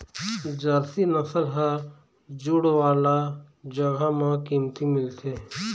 Jersey नसल ह जूड़ वाला जघा म कमती मिलथे